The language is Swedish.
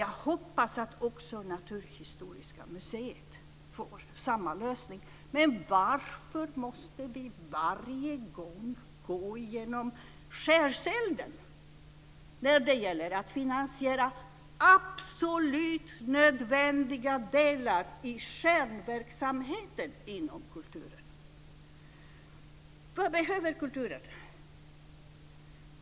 Jag hoppas att det blir samma lösning också för Men varför måste vi varje gång gå igenom skärselden när det gäller att finansiera absolut nödvändiga delar inom kulturens kärnverksamhet? Vad behöver kulturen?